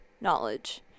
knowledge